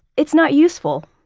it's not useful,